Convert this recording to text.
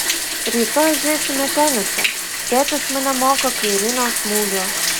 rytoj žaisime tenisą tėtis mane moko kairinio smūgio